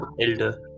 elder